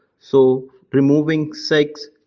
so, removing six,